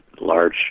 large